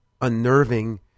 unnerving